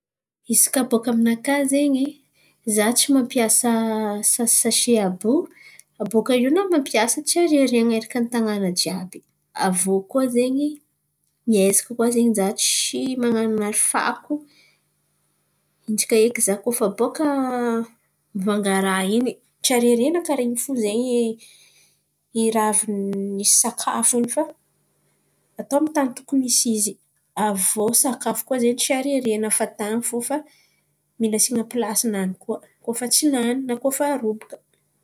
Izy kà bôkà aminakà zen̈y, zah tsy mampiasa sa- sasie àby io bôkà eo na mampiasa tsy ariarian̈a erakan̈y tan̈àna jiàby. Avô koa zen̈y miezaka koa zen̈y zah tsy man̈arinary fako intsaka eky zah koa fa bôkà mivanga raha in̈y tsy ariariana karà io fo zen̈y i raha avy nisy sakafo in̈y fa atao amy ny tan̈y tokon̈y misy izy. Avô sakafo koa zen̈y tsy ariariana fahatan̈y fo fa mila asiana plasen̈any fo koa, kôa fa tsy lan̈y na kôa fa robaka.